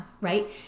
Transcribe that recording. right